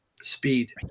speed